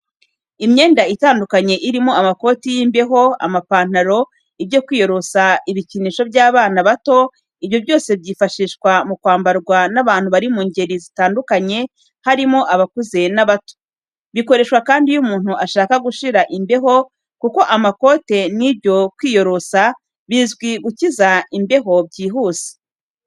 Imyenda itandukanye irimo amakote y'imbeho, amapantaro, ibyo kwiyorosa, ibikinisho by'abana bato, ibyo byose byifashishwa mu kwambarwa n'abantu bari mu ngeri zitandukanye, harimo abakuze n'abato. Bikoreshwa kandi iyo umuntu ashaka gushira imbeho kuko amakote n'ibyo kwiyorosa bizwi mu gukiza imbeho byihuse.